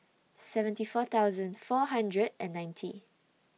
seventy four thousand four hundred and ninety